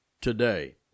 today